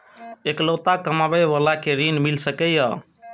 इकलोता कमाबे बाला के ऋण मिल सके ये?